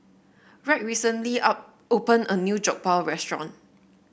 Wright recently up opened a new Jokbal restaurant